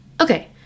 Okay